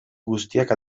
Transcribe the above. guztiak